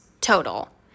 total